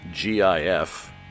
GIF